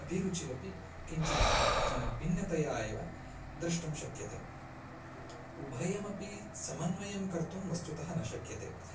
अभिरुचिरपि किञ्चित् भिन्नतया एव द्रष्टुं शक्यते उभयमपि समन्वयं कर्तुं वस्तुतः न शक्यते